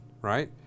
right